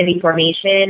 formation